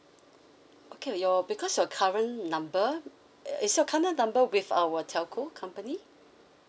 okay your because your current number is your current number with our telco company